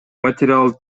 материал